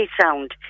sound